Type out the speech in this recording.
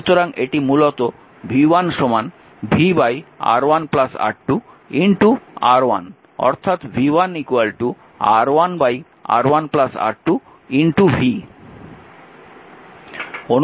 সুতরাং এটি মূলত v1 v R1 R2 R1 অর্থাৎ v1 R1 R1 R2 v